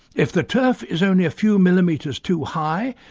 if the turf is only a few millimetres too high,